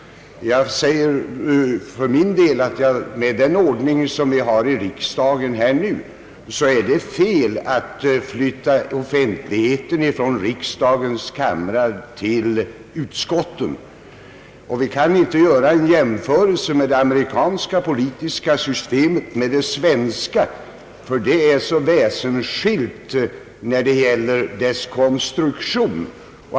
Jag säger för min del att med den ordning vi har i riksdagen nu skulle det vara fel att flytta offentligheten ifrån riksdagens kamrar till utskotten. Vi kan inte göra en jämförelse mellan det amerikanska systemet och det svenska, ty de är så väsensskilda till sin konstruktion.